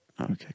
okay